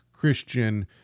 Christian